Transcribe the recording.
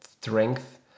strength